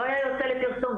לא היה יוצא לפרסום.